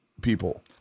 people